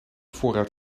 voorruit